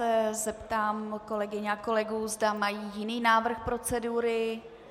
Já se zeptám kolegyň a kolegů, zda mají jiný návrh procedury.